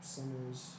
Summer's